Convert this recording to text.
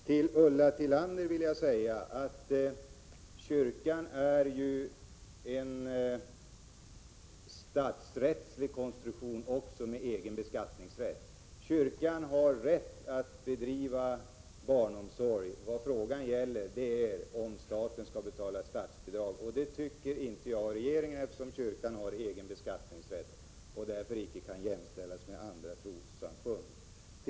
Till Ulla Tillander vill jag säga att kyrkan är en statsrättslig konstruktion med egen beskattningsrätt. Kyrkan har rätt att bedriva barnomsorg, och frågan gäller om staten skall betala statsbidrag. Jag och regeringen tycker inte det, eftersom kyrkan har egen beskattningsrätt och därför icke kan jämställas med andra trossamfund.